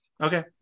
Okay